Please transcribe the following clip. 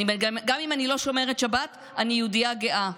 גם אם אני לא שומרת שבת אני יהודייה גאה,